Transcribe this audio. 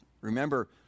Remember